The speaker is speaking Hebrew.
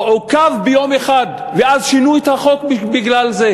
או עוכב ביום אחד, ואז שינו את החוק בגלל זה.